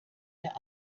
der